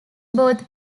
both